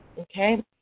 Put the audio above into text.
okay